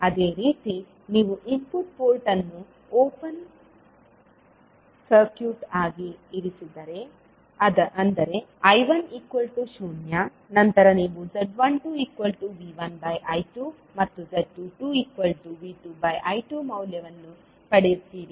ಅದೇ ರೀತಿ ನೀವು ಇನ್ಪುಟ್ ಪೋರ್ಟ್ ಅನ್ನು ಓಪನ್ ಸರ್ಕ್ಯೂಟ್ ಆಗಿ ಇರಿಸಿದರೆ ಅಂದರೆ I10 ನಂತರ ನೀವು z12V1I2 ಮತ್ತು z22V2I2 ಮೌಲ್ಯವನ್ನು ಪಡೆಯುತ್ತೀರಿ